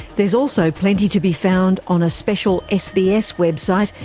there's also plenty to be found on a special sbs website,